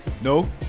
No